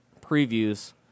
previews